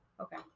Okay